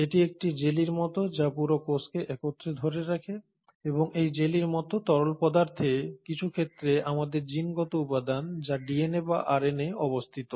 এটি একটি জেলির মত যা পুরো কোষকে একত্রে ধরে রাখে এবং এই জেলির মতো তরল পদার্থে কিছু ক্ষেত্রে আমাদের জিনগত উপাদান যা ডিএনএ বা আরএনএ অবস্থিত